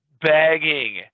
begging